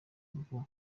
bwo